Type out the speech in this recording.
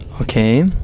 Okay